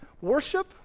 Worship